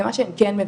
זה מה שהן כן מבינות,